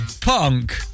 punk